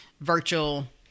virtual